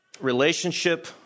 relationship